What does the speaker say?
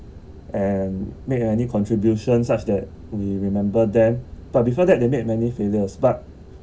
and make any contribution such that we remember them but before that they made many failures but